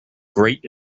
great